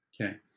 Okay